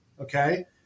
okay